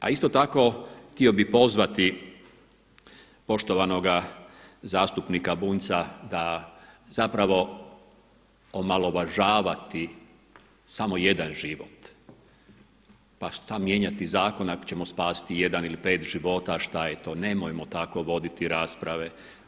A isto tako htio bih pozvati poštovanoga zastupnika Bunjca da zapravo omalovažavati samo jedan život pa šta mijenjati zakone ako ćemo spasiti 1 ili 5 života, šta je to, nemojmo tako voditi rasprave.